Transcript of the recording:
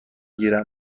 گیرم